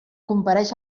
compareix